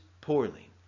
poorly